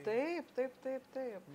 taip taip taip taip